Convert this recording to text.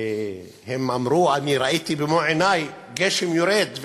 והם אמרו: "אני ראיתי במו-עיני גשם יורד",